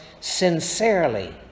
sincerely